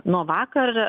nuo vakar